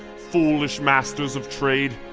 foolish masters of trade,